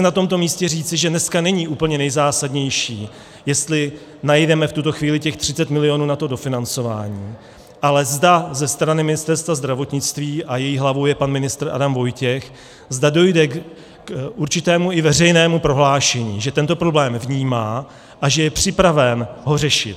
Na tomto místě chci říci, že dneska není úplně nejzásadnější, jestli najdeme v tuto chvíli těch 30 mil. na dofinancování, ale zda ze strany Ministerstva zdravotnictví, a jeho hlavou je pan ministr Adam Vojtěch, zda dojde k určitému i veřejnému prohlášení, že tento problém vnímá a že je připraven ho řešit.